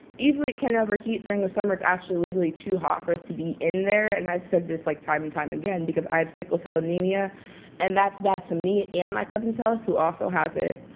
easily can overheat during the summers actually too hot for us to be in there, and i've said this, like time and time again because i have sickle cell anemia and that's bad to me and my cousin talif who also has it.